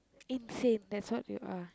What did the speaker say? insane that's what you are